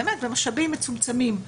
במשאבים מצומצמים,